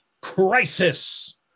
Crisis